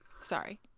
sorry